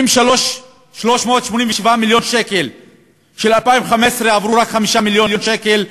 אם מ-387 מיליון שקל של 2015 עברו רק 5 מיליון שקל,